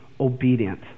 obedient